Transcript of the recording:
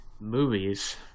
movies